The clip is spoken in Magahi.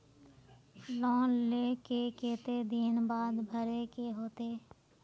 लोन लेल के केते दिन बाद भरे के होते?